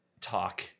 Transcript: talk